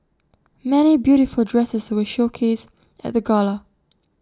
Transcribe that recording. many beautiful dresses were showcased at the gala